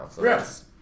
Yes